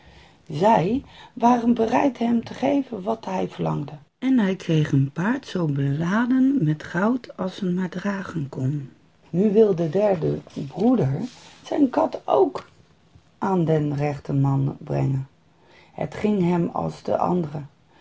zij waren bereid hem te geven wat hij verlangde en hij kreeg een paard zoo zwaar beladen met goud als het maar dragen kon nu wilde de derde broeder zijn kat ook aan den rechten man brengen het ging hem als de anderen